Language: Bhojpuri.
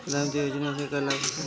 प्रधानमंत्री योजना से का लाभ होखेला?